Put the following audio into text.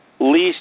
least